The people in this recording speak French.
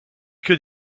que